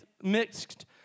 mixed